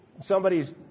somebody's